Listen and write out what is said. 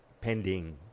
pending